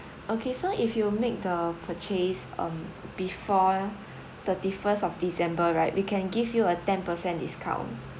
okay so if you make the purchase um before thirty first of december right we can give you a ten percent discount